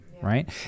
right